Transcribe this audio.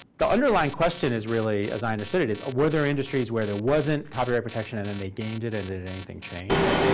the underlying question is really, as i understood it, is were there industries where there wasn't copyright protection, and then they gained it and it anything change?